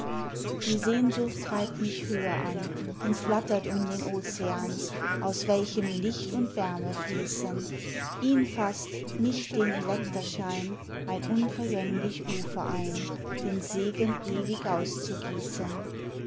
die sehnsucht treibt mich höher an und flattert um den ocean aus welchem licht und wärme fließen ihn fasst nicht den elekterschein ein unvergänglich ufer ein den segen ewig auszugießen